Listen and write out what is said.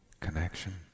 connection